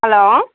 hello